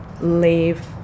leave